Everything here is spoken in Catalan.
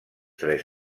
tres